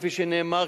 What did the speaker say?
כפי שנאמר,